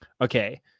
okay